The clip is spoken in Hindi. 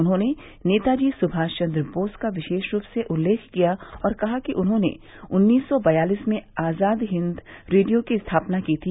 उन्होंने नेताजी सुभाषचन्द्र बोस का विशेष रूप से उल्लेख किया और कहा कि उन्होंने उन्नीस सौ बयालिस में आजाद हिंद रेडियो की स्थापना की थी